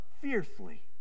fiercely